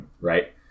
Right